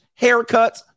haircuts